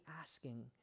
asking